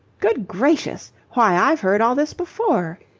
good gracious! why, i've heard all this before.